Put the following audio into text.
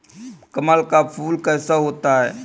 कमल का फूल कैसा होता है?